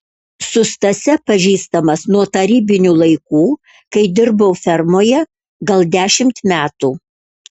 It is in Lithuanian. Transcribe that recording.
su stase pažįstamas nuo tarybinių laikų kai dirbau fermoje gal dešimt metų